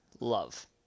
Love